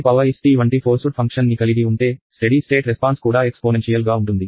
est వంటి forced function ని కలిగి ఉంటే స్టెడీ స్టేట్ రెస్పాన్స్ కూడా ఎక్స్పోనెన్షియల్ గా ఉంటుంది